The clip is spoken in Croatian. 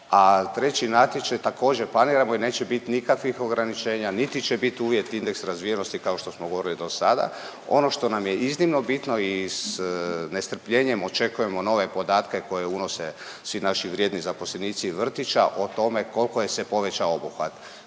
a treći natječaj također planiramo i neće biti nikakvih ograničenja, niti će biti uvjet indeks razvijenosti kao što smo govorili do sada. Ono što nam je iznimno bitno i s nestrpljenjem očekujemo nove podatke koje unose svi naši vrijedni zaposlenici vrtićima o tome koliko se povećao obuhvat.